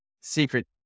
secret